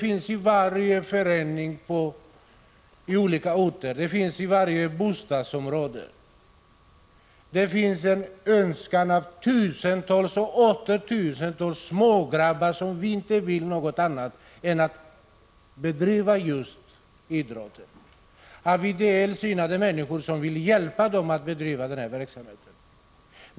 I varje förening, på varje ort och i varje bostadsområde finns smågrabbar — tillsammans är de tusentals och åter tusentals — som inte vill något annat än idrotta och idellt sinnade människor som vill hjälpa dem att bedriva den verksamheten.